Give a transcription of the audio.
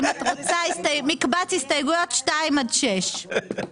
אם את רוצה, מקבץ הסתייגויות 2 עד 6. כן.